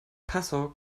passau